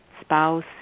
spouse